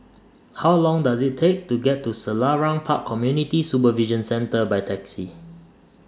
How Long Does IT Take to get to Selarang Park Community Supervision Centre By Taxi